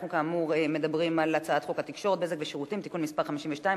אנחנו כאמור מדברים על הצעת חוק התקשורת (בזק ושידורים) (תיקון מס' 52),